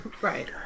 Right